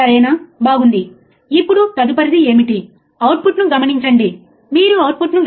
కానీ ఈ గ్రాఫ్ అంటే ఏమిటో ఈ ఉపన్యాసం నుండి అర్థం చేసుకుందాం